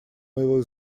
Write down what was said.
моего